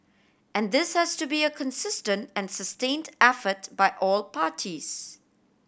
and this has to be a consistent and sustained effort by all parties